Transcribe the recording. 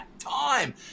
time